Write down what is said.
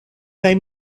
kaj